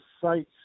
sites